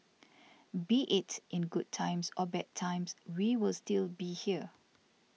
be its in good times or bad times we will still be here